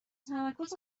تمرکز